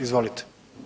Izvolite.